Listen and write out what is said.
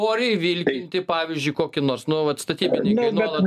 oriai vilkinti pavyzdžiui kokį nors nu vat statybininkai nuolat